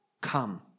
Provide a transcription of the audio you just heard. come